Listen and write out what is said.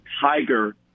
tiger